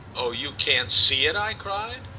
oh, you can't see it! i cried.